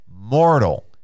mortal